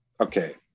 okay